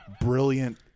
brilliant